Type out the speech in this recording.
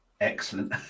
Excellent